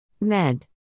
Med